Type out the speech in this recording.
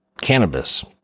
cannabis